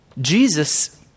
Jesus